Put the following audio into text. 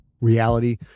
Reality